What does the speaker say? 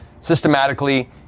systematically